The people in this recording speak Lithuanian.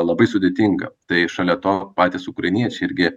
labai sudėtinga tai šalia to patys ukrainiečiai irgi